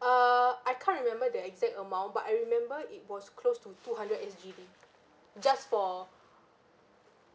uh I can't remember the exact amount but I remember it was close to two hundred S_G_D just for